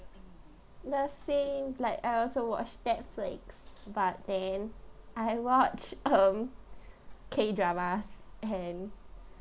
the same like I also watch netflix but then I watch um K dramas and